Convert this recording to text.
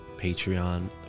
Patreon